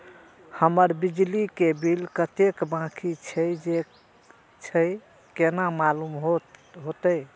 हमर बिजली के बिल कतेक बाकी छे केना मालूम होते?